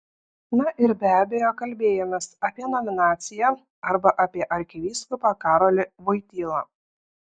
na ir be abejo kalbėjomės apie nominaciją arba apie arkivyskupą karolį voitylą